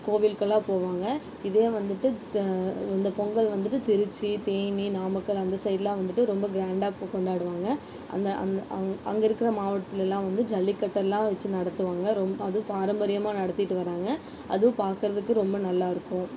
கோவிலுக்கெல்லாம் போவாங்க இதே வந்துட்டு இந்த பொங்கல் வந்துட்டு திருச்சி தேனி நாமக்கல் அந்த சைடெல்லாம் வந்துட்டு ரொம்ப கிராண்ட்டாக கொண்டாடுவாங்க அந்த அந்த அங்கே இருக்கிற மாவட்டத்துலெல்லாம் ஜல்லிக்கடெல்லாம் வச்சு நடத்துவாங்க ரொம்ப அதுவும் பாரம்பரியமாக நடத்திகிட்டு வராங்க அதுவும் பார்க்கறதுக்கு ரொம்ப நல்லாயிருக்கும்